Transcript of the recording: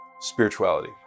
spirituality